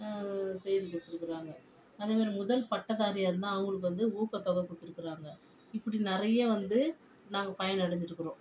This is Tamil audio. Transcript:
செய்து கொடுத்துருக்குறாங்க அதே மாரி முதல் பட்டதாரியாக இருந்தால் அவங்களுக்கு வந்து ஊக்கத்தொகை கொடுத்துருக்குறாங்க இப்படி நிறைய வந்து நாங்கள் பயன் அடைஞ்சிருக்குறோம்